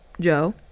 Joe